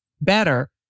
better